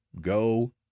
Go